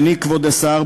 כבוד השר,